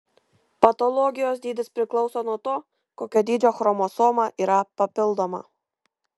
patologijos dydis priklauso nuo to kokio dydžio chromosoma yra papildoma